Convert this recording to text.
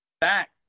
back